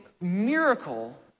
miracle